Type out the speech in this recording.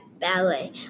ballet